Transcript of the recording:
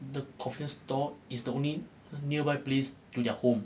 the convenience store is the only nearby place to their home